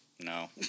No